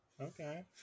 Okay